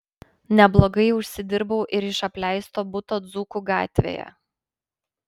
neblogai užsidirbau ir iš apleisto buto dzūkų gatvėje